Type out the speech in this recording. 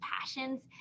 passions